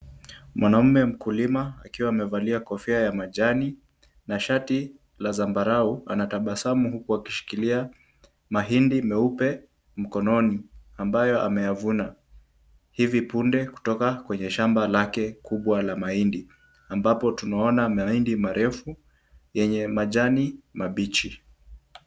Mwanaume mkulima akiwa amevalia kofia ya majani, na shati la zambarau, anatabasamu huku akishikilia mahindi meupe mkononi, ambayo ameyavuna hivi punde kutoka kwenye shamba lake kubwa la mahindi, ambapo tunaona mahindi marefu yenye majani mambichi.